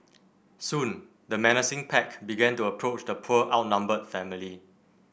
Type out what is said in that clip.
soon the menacing pack began to approach the poor outnumbered family